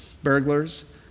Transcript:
burglars